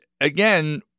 again